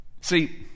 See